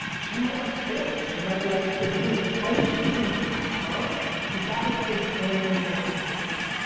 she might love sports. she might like cuisine. like i think she just needs to be her cause that will create so many more avenues.